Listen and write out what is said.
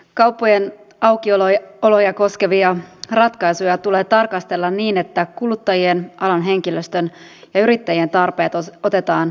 kauppojen aukioloja koskevia ratkaisuja tulee tarkastella niin että kuluttajien alan henkilöstön ja yrittäjien tarpeet otetaan tasapainoisesti huomioon